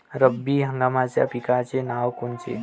रब्बी हंगामाच्या पिकाचे नावं कोनचे?